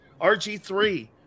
RG3